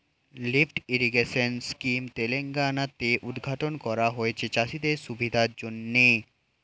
lift irrigation scheme Telangana তে উদ্ঘাটন করা হয়েছে চাষিদের সুবিধার জন্যে